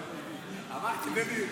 בדבר תוספת תקציב לא נתקבלו.